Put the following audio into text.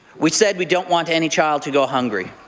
we said we don't want any child to go hungry.